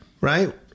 Right